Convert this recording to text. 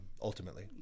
ultimately